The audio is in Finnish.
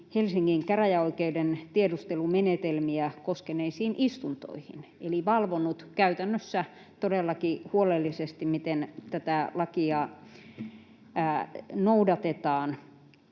Helsingin käräjäoikeuden tiedustelumenetelmiä koskeneisiin istuntoihin eli valvonut käytännössä todellakin huolellisesti, miten tätä lakia noudatetaan.